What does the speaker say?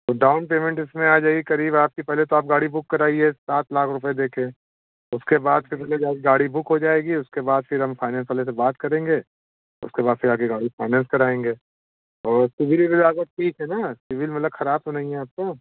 तो down payment इसमें आ जाएगी करीब आपकी पहले तो आप गाड़ी बुक कराइए सात लाख रूपए दे कर उसके बाद फिर फिर से ले जा कर गाड़ी बुक हो जाएगी उसके बाद फिर हम फाइनेंस वाले से बात करेंगे उसके बाद फिर आगे गाड़ी फाइनेंस कराएँगे और सिविल विविल आपका ठीक है न सिविल मतलब ख़राब तो नहीं है आपका